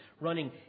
running